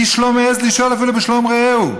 איש אפילו לא מעז לשאול בשלום רעהו.